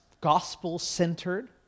gospel-centered